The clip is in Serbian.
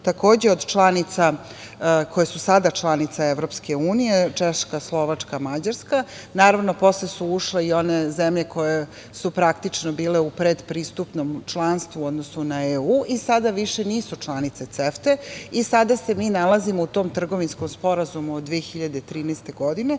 takođe od članica koje su sada članice EU, Češka, Slovačka, Mađarska. Naravno, posle su ušle i one zemlje koje su praktično bile u predpristupnom članstvu u odnosu na EU i sada više nisu članice CEFTE i sada se mi nalazimo u tom trgovinskom sporazumu od 2013. godine,